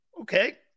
Okay